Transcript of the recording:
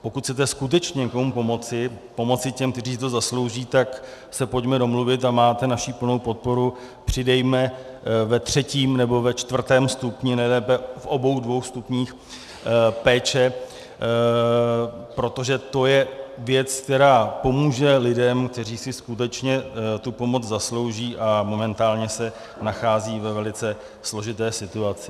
Pokud chcete skutečně někomu pomoci, pomoci těm, kteří si to zaslouží, tak se pojďme domluvit, a máte naši plnou podporu, přidejme ve třetím nebo ve čtvrtém stupni, nejlépe v obou dvou stupních péče, protože to je věc, která pomůže lidem, kteří si skutečně tu pomoc zaslouží a momentálně se nacházejí ve velice složité situaci.